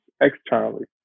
externally